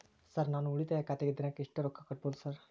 Sir ನಾನು ಉಳಿತಾಯ ಖಾತೆಗೆ ದಿನಕ್ಕ ಎಷ್ಟು ರೊಕ್ಕಾ ಕಟ್ಟುಬಹುದು ಸರ್?